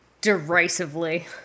derisively